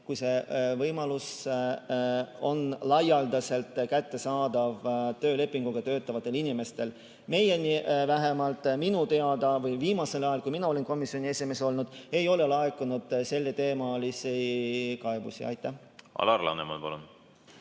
kui see võimalus on laialdaselt kättesaadav töölepinguga töötavatele inimestele. Meile vähemalt minu teada või viimasel ajal, kui mina olen komisjoni esimees olnud, ei ole laekunud selleteemalisi kaebusi. Alar Laneman,